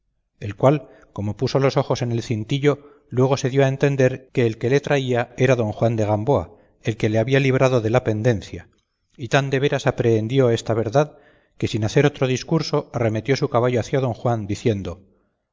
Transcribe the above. el cual como puso los ojos en el cintillo luego se dio a entender que el que le traía era don juan de gamboa el que le había librado en la pendencia y tan de veras aprehendió esta verdad que sin hacer otro discurso arremetió su caballo hacia don juan diciendo